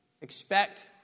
Expect